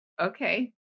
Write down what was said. okay